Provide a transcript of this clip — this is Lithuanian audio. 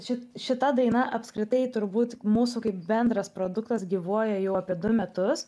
ši šita daina apskritai turbūt mūsų kaip bendras produktas gyvuoja jau apie du metus